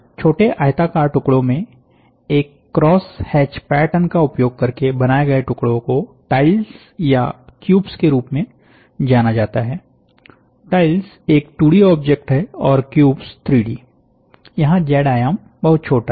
छोटे आयताकार टुकड़ों में एक क्रॉस हैच पैटर्न का उपयोग करके बनाए गए टुकड़ों को टाइल्स या क्यूब्स के रूप में जाना जाता है टाइल्स एक 2डी ऑब्जेक्ट है और क्यूब्स 3डी यहां जेड आयाम बहुत छोटा है